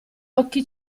occhi